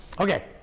Okay